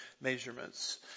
measurements